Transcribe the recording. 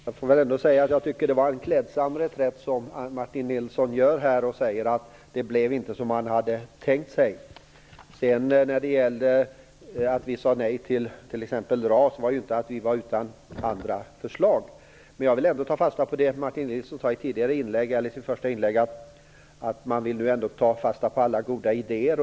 Fru talman! Jag får väl ändå säga att jag tycker att Martin Nilsson gjorde en klädsam reträtt när han sade att det inte blev som man hade tänkt sig. Orsaken till att vi t.ex. sade nej till RAS var inte att det inte fanns andra förslag. Jag vill ändå ta fast på vad Martin Nilsson sade i sitt första inlägg, nämligen att man vill ändå ta fasta på alla goda idéer.